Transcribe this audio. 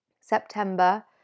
September